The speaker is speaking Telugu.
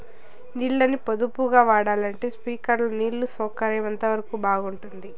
నీళ్ళ ని పొదుపుగా వాడాలంటే స్ప్రింక్లర్లు నీళ్లు సౌకర్యం ఎంతవరకు బాగుంటుంది?